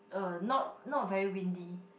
uh not not very windy